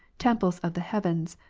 temples of the heavens,